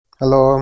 hello